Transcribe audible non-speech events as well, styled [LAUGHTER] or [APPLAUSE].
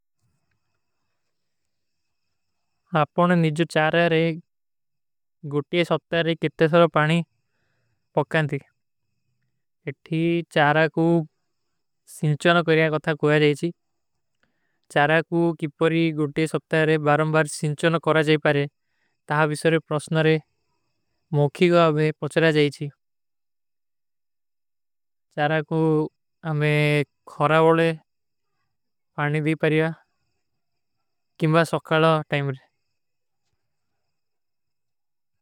ଅପନେ ନିଜ୍ଯ ଚାରାଏ, ଗୁଟିଯେ ଷଭତୋରେ କିତ୍ତ ସରୂ ପାଣୀ ପକାଂ ଥୀ। ଇତନୀ ଚାରା କୁଂ ସିଂଚଣ କରଗା ପହସା କୂଛ୍ଯା ଜାଂଚୀ। [HESITATION] ଚାରା କୁ କିପରୀ ଗୁଟେ ସପ୍ତାରେ ବାରଂବାର ସିଂଚନ କରା ଜାଈ ପାରେ, ତହାଂ ଵିସରେ ପ୍ରସ୍ନାରେ ମୋଖୀ ଗାଵେ ପଚରା ଜାଈଚୀ। [HESITATION] ଚାରା କୁ ଆମେ ଖରା ଵଲେ ପାନୀ ଦୀ ପାରିଯା, କିମବା ସକ୍ଖାଲା ଟାଇମରେ।